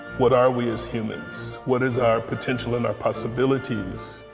what are we as humans, what is our potential and our possibilities.